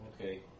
okay